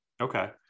okay